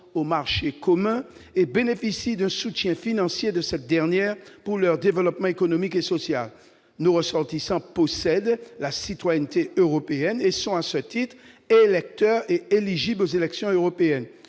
au marché commun et bénéficient d'un soutien financier de cette dernière pour leur développement économique et social. Nos ressortissants possèdent la citoyenneté européenne et sont, à ce titre, électeurs et éligibles aux élections européennes.